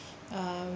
uh